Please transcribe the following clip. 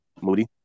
Moody